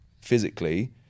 physically